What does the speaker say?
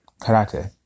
karate